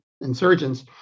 Insurgents